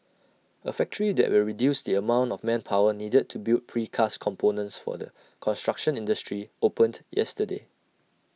A factory that will reduce the amount of manpower needed to build precast components for the construction industry opened yesterday